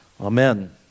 Amen